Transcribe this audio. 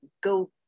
go